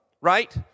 right